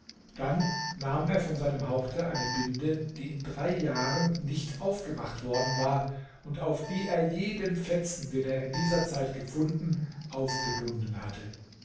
dann nahm er von seinem haupte eine binde die in drei jahren nicht aufgemacht worden war und auf die er jeden fetzen den er in dieser zeit gefunden aufgebunden hatte